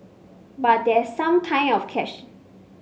but there's some kind of catch